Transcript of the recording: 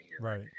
right